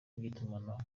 by’itumanaho